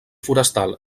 forestal